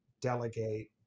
delegate